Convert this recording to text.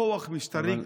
כוח משטרתי,